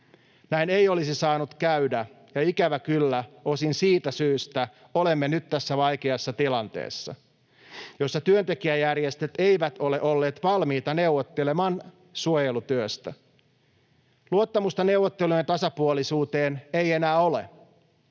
Näin ei olisi saanut käydä, ja ikävä kyllä osin siitä syystä olemme nyt tässä vaikeassa tilanteessa, jossa työntekijäjärjestöt eivät ole olleet valmiita neuvottelemaan suojelutyöstä. Luottamusta neuvottelujen tasapuolisuuteen ei enää ole.